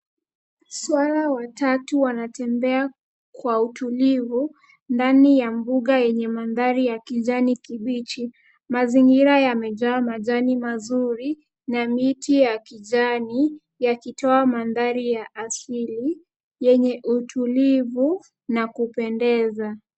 Swara watatu wanatembea kwa utulivu ndani ya mbuga yenye mandhari ya kijani kibichi. Mazingira yamejaa majani mazuri na miti ya kijani, yakitoa mandhari ya asili yenye utulivu na kupendeza.